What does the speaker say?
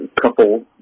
couple